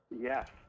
Yes